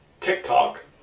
TikTok